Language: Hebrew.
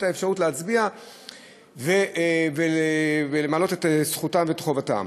האפשרות להצביע ולמלא את זכותם ואת חובתם.